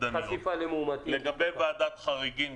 לגבי ועדת חריגים,